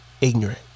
Ignorant